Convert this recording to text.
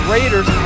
Raiders